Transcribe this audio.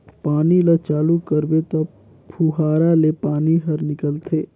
पानी ल चालू करबे त फुहारा ले पानी हर निकलथे